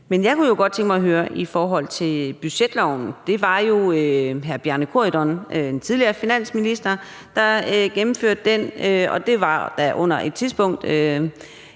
Men jeg kunne jo godt tænke mig at høre noget i forhold til budgetloven. Det var jo hr. Bjarne Corydon, en tidligere finansminister, der gennemførte den, og det var på et tidspunkt,